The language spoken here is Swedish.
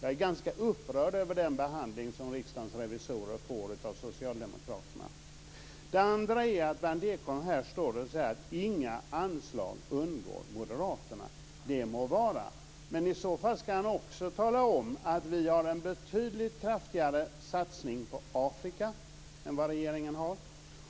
Jag är ganska upprörd över den behandling som Riksdagens revisorer får av Det andra jag vill ta upp är att Berndt Ekholm står här och säger att inga anslag undgår Moderaterna. Det må vara. Men i så fall ska han också tala om att vi har en betydligt kraftigare satsning på Afrika än vad regeringen har.